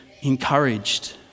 encouraged